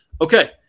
Okay